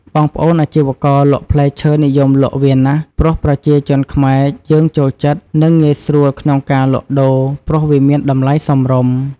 បងប្អូនអាជីវករលក់ផ្លែឈើនិយមលក់វាណាស់ ព្រោះប្រជាជនខ្មែរយើងចូលចិត្ត និងងាយស្រួលក្នុងការលក់ដូរព្រោះវាមានតម្លៃសមរម្យ។